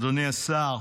אדוני השר,